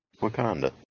Wakanda